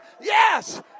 yes